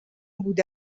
بوده